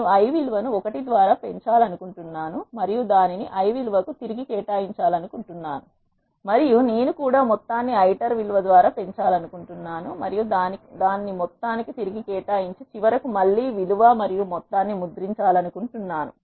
నేను i విలువను 1 ద్వారా పెంచాలనుకుంటున్నాను మరియు దానిని i విలువ కు తిరిగి కేటాయించాలనుకుంటున్నాను మరియు నేను కూడా మొత్తాన్ని iter విలువ ద్వారా పెంచాలనుకుంటున్నాను మరియు దానిని మొత్తానికి తిరిగి కేటాయించి చివరకు మళ్ళి విలువ మరియు మొత్తాన్ని ముద్రించాలనుకుంటున్నాను